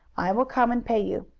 i will come and pay you.